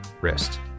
wrist